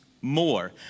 more